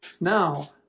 now